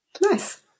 Nice